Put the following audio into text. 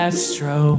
Astro